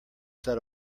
set